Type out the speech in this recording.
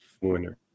winner